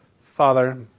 Father